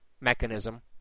mechanism